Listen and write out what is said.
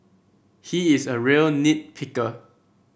he is a real nit picker